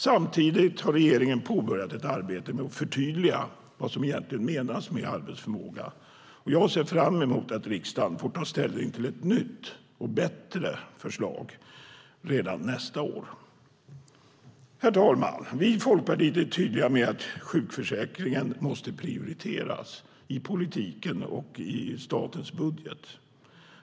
Samtidigt har regeringen påbörjat ett arbete med att förtydliga vad som egentligen menas med arbetsförmåga. Jag ser fram emot att riksdagen får ta ställning till ett nytt och bättre förslag redan nästa år. Herr talman! Vi i Folkpartiet är tydliga med att sjukförsäkringen måste prioriteras i politiken och i statens budget.